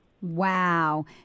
Wow